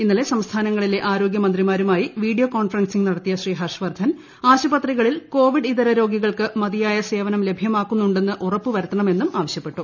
ഇന്നലെ ആരോഗൃമന്ത്രിമാരുമായി video conferencing നടത്തിയ ശ്രീ ഹർഷ് വർധൻ ആശുപത്രികളിൽ കോവിഡ് ഇതര രോഗികൾക്ക് മതിയായ സേവനം ലഭ്യമാക്കുന്നുണ്ടെന്ന് ഉറപ്പു വരുത്തണമെന്നും ആവശ്യപ്പെട്ടു